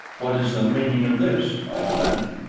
what is the meaning of this? i demanded,